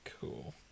Cool